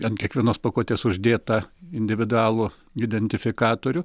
ant kiekvienos pakuotės uždėt tą individualų identifikatorių